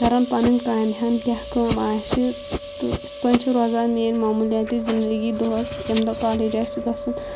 کَران پنٕنۍ کامہِ ہن کیٛاہ کٲم آسہِ تہٕ یِتھ پٲنۍ چھِ روزان میٛٲنۍ ماموٗلِیاتی زندگی دۄہس ییٚمہِ دۄہ کالیج آسہِ گَژھُن